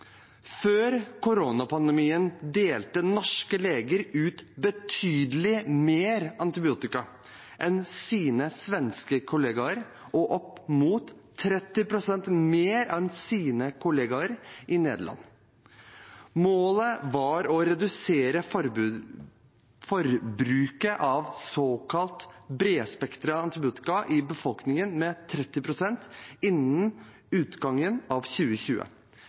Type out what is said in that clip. Før koronapandemien delte norske leger ut betydelig mer antibiotika enn sine svenske kolleger, og opp mot 30 pst. mer enn sine kolleger i Nederland. Målet var å redusere forbruket av såkalt bredspektret antibiotika i befolkningen med 30 pst. innen utgangen av 2020.